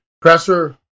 pressure